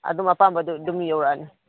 ꯑꯗꯨꯝ ꯑꯄꯥꯝꯕꯗꯨ ꯑꯗꯨꯝ ꯌꯧꯔꯛꯑꯅꯤ